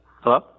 Hello